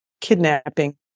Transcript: kidnapping